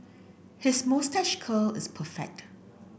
his moustache curl is perfect